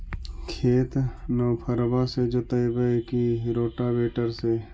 खेत नौफरबा से जोतइबै की रोटावेटर से?